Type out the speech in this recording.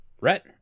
Rhett